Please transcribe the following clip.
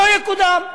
לא יקודם.